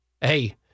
hey